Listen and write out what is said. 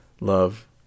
love